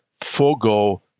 forego